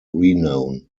renown